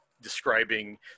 describing